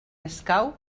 escau